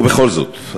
ובכל זאת,